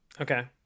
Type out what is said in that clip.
Okay